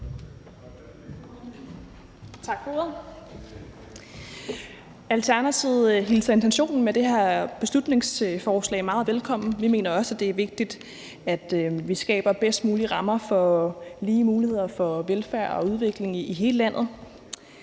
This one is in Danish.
Alternativet hilser intentionen med det her beslutningsforslag meget velkommen. Vi mener også, at det er vigtigt, at vi skaber de bedst mulige rammer for lige muligheder for velfærd og udvikling i hele landet.